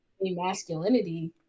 masculinity